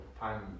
time